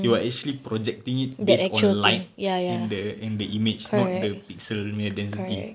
you are actually projecting it based on light and the and the image not the pixel punya density